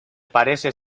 parece